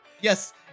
Yes